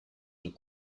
and